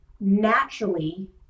naturally